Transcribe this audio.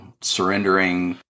surrendering